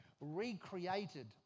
recreated